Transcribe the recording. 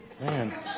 Man